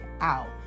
out